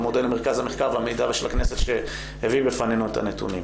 מודה למרכז המחקר והמידע של הכנסת שהביא בפנינו את הנתונים.